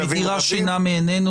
היא מדירה שינה מעינינו.